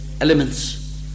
elements